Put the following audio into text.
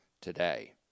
today